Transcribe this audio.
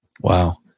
Wow